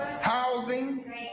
housing